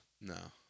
No